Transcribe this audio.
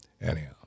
Anyhow